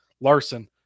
Larson